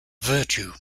virtue